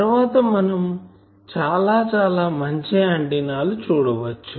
తరువాత మనం చాలా చాలా మంచి ఆంటిన్నా లు చూడవచ్చు